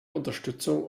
unterstützung